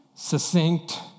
Succinct